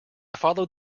followed